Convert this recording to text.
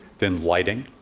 then lighting,